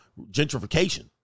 gentrification